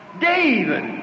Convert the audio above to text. David